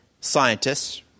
scientists